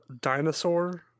Dinosaur